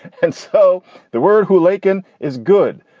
and so the word who laken is good.